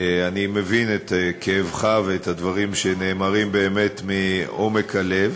אני מבין את כאבך ואת הדברים שנאמרים באמת מעומק הלב.